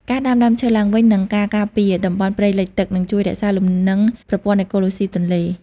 ការដាំដើមឈើឡើងវិញ និងការការពារតំបន់ព្រៃលិចទឹក នឹងជួយរក្សាលំនឹងប្រព័ន្ធអេកូឡូស៊ីទន្លេ។